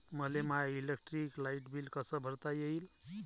मले my electric light bill कस भरता येईल?